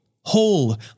whole